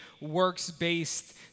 works-based